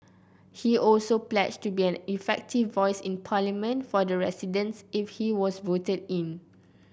he also pledged to be an effective voice in Parliament for the residents if he was voted in